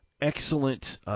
excellent